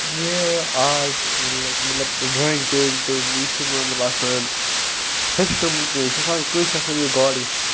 یہِ آرٹ مطلب مطلب ڈرٛایِنٛگ پیںٛٹِنٛگ یہِ چھُنہٕ مطلب آسان ہیٚچھُن کینٛہہ یہِ چھِ آسان کٲنٛسہِ چھِ آسان یہِ گاڈ گِفٹہٕ